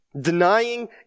denying